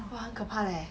!wah! 很可怕 leh